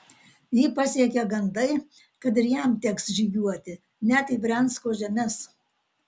jį pasiekė gandai kad ir jam teks žygiuoti net į briansko žemes